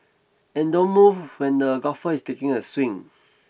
and don't move when the golfer is taking a swing